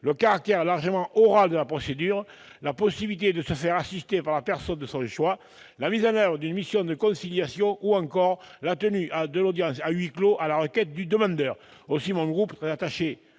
le caractère largement oral de la procédure, la possibilité de se faire assister par la personne de son choix, la mise en oeuvre d'une mission de conciliation ou encore la tenue de l'audience à huis clos à la requête du demandeur. Mon groupe, très attaché